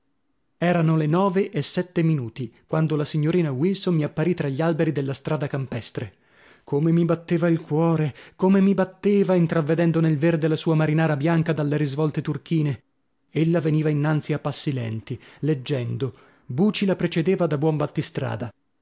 erano le nove e sette minuti quando la signorina wilson mi apparì tra gli alberi della strada campestre come mi batteva il cuore come mi batteva intravvedendo nel verde la sua marinara bianca dalle risvolte turchine ella veniva innanzi a passi lenti leggendo buci la precedeva da buon battistrada